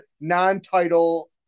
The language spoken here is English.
non-title